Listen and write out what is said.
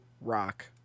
Rock